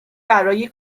برای